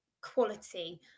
quality